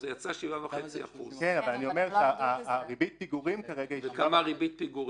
זה יצא 7.5%. ריבית הפיגורים כרגע --- כמה ריבית הפיגורים?